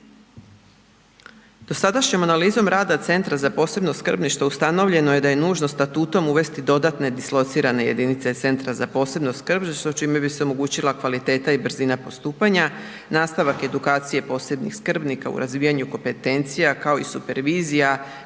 Dosadašnjom analizom rada Centra za posebno skrbništvo ustanovljeno je da je nužno statutom uvesti dodatne dislocirane jedinice Centra za posebno skrbništvo čime bi se omogućila kvaliteta i brzina postupanja, nastavak edukacije posebnih skrbnika u razvijanju kompetencija kao i supervizija,